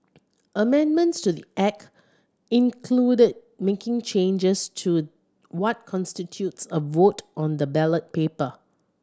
amendments to the Act included making changes to what constitutes a vote on the ballot paper